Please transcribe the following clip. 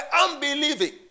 unbelieving